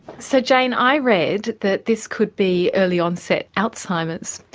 so jane, i read that this could be early-onset alzheimer's.